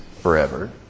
forever